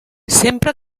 sempre